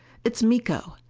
it's miko!